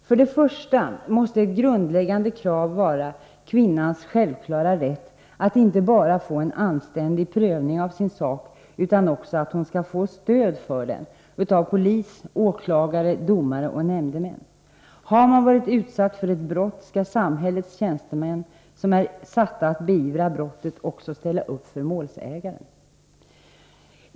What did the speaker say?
För det första måste ett grundläggande krav vara kvinnans självklara rätt att inte bara få en anständig prövning av sin sak utan också att hon skall få stöd för den av polis, åklagare, domare och nämndemän. Har man varit utsatt för ett brott, skall samhällets tjänstemän, som är satta att beivra brottet, också ställa upp för målsägaren.